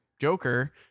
Joker